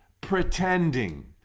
pretending